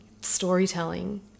storytelling